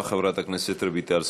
אחריו, חברת הכנסת רויטל סויד.